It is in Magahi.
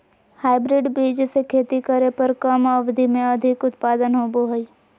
हाइब्रिड बीज से खेती करे पर कम अवधि में अधिक उत्पादन होबो हइ